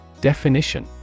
Definition